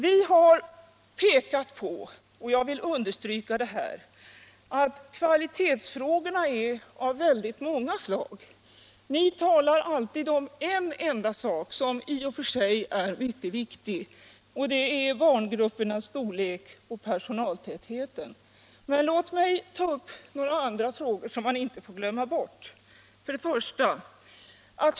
Vi har pekat på — jag vill understryka detta — att kvalitetsfrågorna är av många olika slag. Ni talar alltid om en enda sak som i och för sig är mycket viktig, nämligen barngruppernas storlek och personaltätheten. Men låt mig ta upp några andra frågor som man inte får glömma bort.